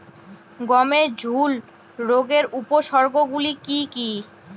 গমের ঝুল রোগের উপসর্গগুলি কী কী?